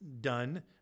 done